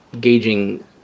gauging